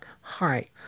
hi